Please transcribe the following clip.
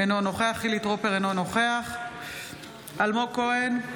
אינו נוכח חילי טרופר, אינו נוכח אלמוג כהן,